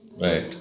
Right